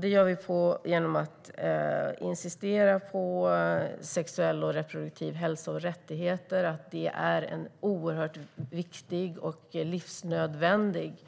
Det gör vi genom att insistera på att sexuell och reproduktiv hälsa och rättigheter är oerhört viktiga och en livsnödvändig